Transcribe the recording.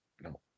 no